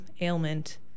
ailment